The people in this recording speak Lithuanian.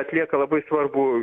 atlieka labai svarbų